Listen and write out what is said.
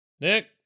Nick